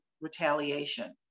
retaliation